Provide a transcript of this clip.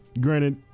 granted